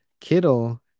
Kittle